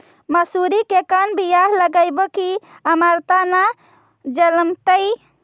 मसुरी के कोन बियाह लगइबै की अमरता न जलमतइ?